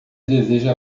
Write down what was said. deseja